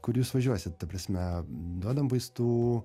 kur jūs važiuosit ta prasme duodam vaistų